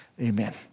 Amen